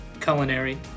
culinary